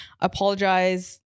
apologize